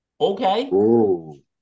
Okay